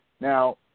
Now